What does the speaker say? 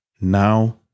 Now